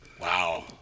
wow –